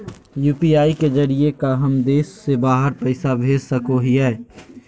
UPI के जरिए का हम देश से बाहर पैसा भेज सको हियय?